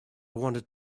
wanted